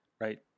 Right